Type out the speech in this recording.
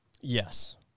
Yes